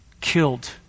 killed